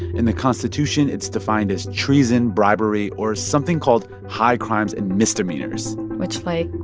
in the constitution, it's defined as treason, bribery or something called high crimes and misdemeanors which, like,